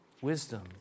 Wisdom